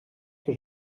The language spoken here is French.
que